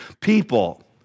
people